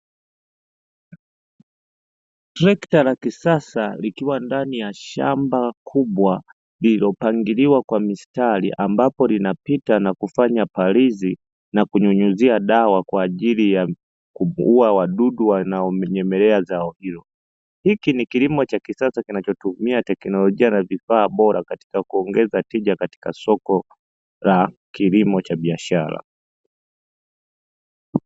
Trekta la kisasa likiwa ndani ya shamba kubwa lililopangiliwa kwa mistari, ambapo linapita na kufanya palizi na kunyunyizia dawa kwa ajili ya kuuua wadudu wanaomnyemelea zao hilo. Hiki ni kilimo cha kisasa kinachotumika teknolojia na vifaa bora katika kuongeza tija katika kilimo cha biashara.